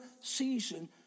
season